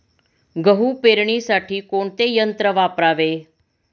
गहू पेरणीसाठी कोणते यंत्र वापरावे?